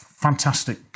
fantastic